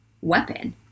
weapon